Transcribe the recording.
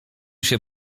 się